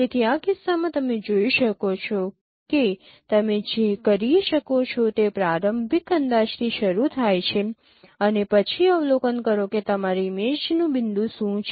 તેથી આ કિસ્સામાં તમે જોઈ શકો છો કે તમે જે કરી શકો છો તે પ્રારંભિક અંદાજથી શરૂ થાય છે અને પછી અવલોકન કરો કે તમારી ઇમેજનું બિંદુ શું છે